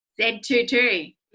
Z22